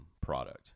product